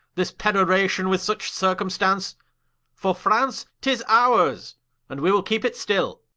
this preroration with such circumstance for france, tis ours and we will keepe it still